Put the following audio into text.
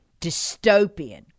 dystopian